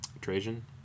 Trajan